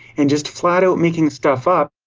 and just flat-out making stuff up.